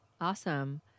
Awesome